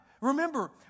Remember